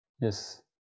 Yes